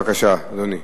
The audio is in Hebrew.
בבקשה, אדוני.